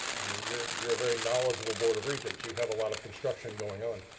i mean, you're you're a very knowledgeable board of regents, you have a lot of construction going on.